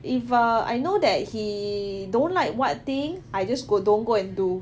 if err I know that he don't like what thing I just go don't go and do